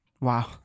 Wow